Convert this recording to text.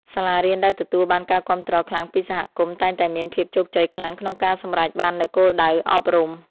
សាលារៀនដែលទទួលបានការគាំទ្រខ្លាំងពីសហគមន៍តែងតែមានភាពជោគជ័យខ្លាំងក្នុងការសម្រេចបាននូវគោលដៅអប់រំ។